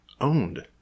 owned